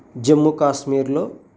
జమ్మూ కాశ్మీర్లో